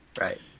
Right